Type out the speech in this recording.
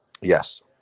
Yes